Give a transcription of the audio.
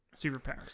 superpowers